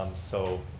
um so